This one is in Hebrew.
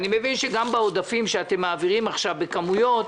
אני מבין שגם בעודפים שאתם מעבירים עכשיו בכמויות,